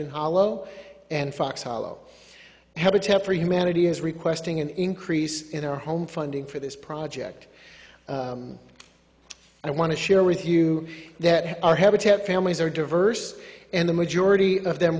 in hollow and fox hollow habitat for humanity is requesting an increase in our home funding for this project i want to share with you that our habitat families are diverse and the majority of them